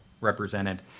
represented